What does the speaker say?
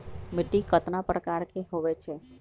मिट्टी कतना प्रकार के होवैछे?